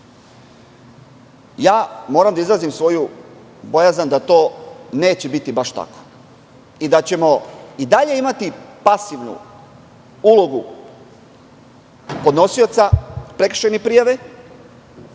postupak? Moram da izrazim svoju bojazan da to neće biti baš tako i da ćemo i dalje imati pasivnu ulogu podnosioca prekršajne prijave